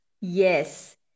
Yes